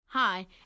Hi